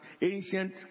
ancient